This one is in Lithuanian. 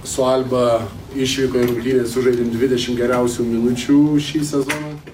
su alba išvykoj rungtynes sužaidėm dvidešimt geriausių minučių šį sezoną